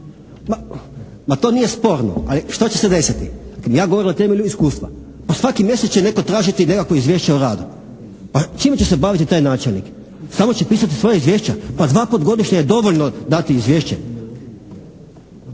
Ma to nije sporno, ali što će se desiti? Ja govorim na temelju iskustva. Pa svaki mjesec će netko tražiti nekakvo izvješće o radu. A čime će se baviti taj načelnik. Stalno će pisati svoja izvješća? Pa dvaput godišnje je dovoljno dati izvješće.